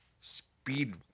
speed